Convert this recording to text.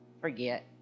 forget